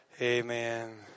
Amen